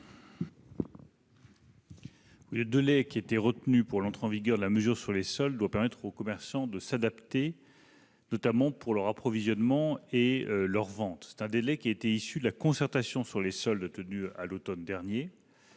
Le délai retenu pour l'entrée en vigueur de la mesure sur les soldes doit permettre aux commerçants de s'adapter, notamment pour leurs approvisionnements et leurs ventes. Issu de la concertation sur les soldes tenue à l'automne dernier,